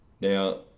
now